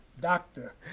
Doctor